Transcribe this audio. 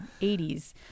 80s